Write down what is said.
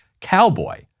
cowboy